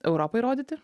europai rodyti